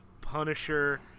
Punisher